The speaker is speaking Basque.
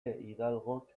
hidalgok